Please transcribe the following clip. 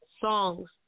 songs